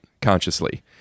consciously